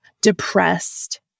depressed